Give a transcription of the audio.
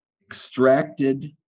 extracted